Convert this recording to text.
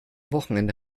wochenende